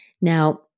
Now